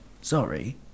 Sorry